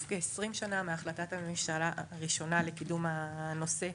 כ-20 שנה מהחלטת הממשלה הראשונה לקידום הנושא,